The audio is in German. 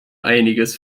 einiges